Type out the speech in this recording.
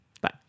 Bye